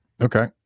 Okay